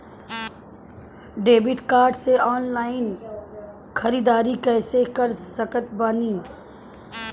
Debit card से online ख़रीदारी कैसे कर सकत बानी?